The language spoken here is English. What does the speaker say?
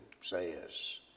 says